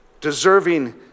deserving